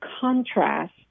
contrast